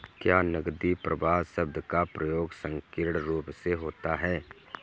क्या नकदी प्रवाह शब्द का प्रयोग संकीर्ण रूप से होता है?